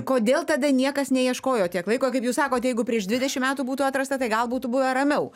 kodėl tada niekas neieškojo tiek laiko kaip jūs sakote jeigu prieš dvidešimt metų būtų atrasta tai gal būtų buvę ramiau